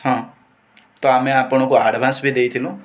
ହଁ ତ ଆମେ ଆପଣଙ୍କୁ ଆଡ଼ଭାନ୍ସ ବି ଦେଇଥିଲୁ